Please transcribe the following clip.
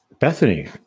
Bethany